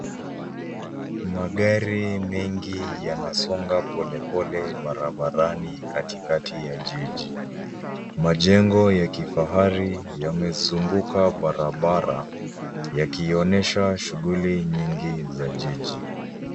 Magari mengi yanasonga polepole barabarani katikati ya jiji. Majengo ya kifahari yamezunguka barabara, yakionyesha shughuli nyingi za jiji.